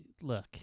look